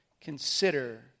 consider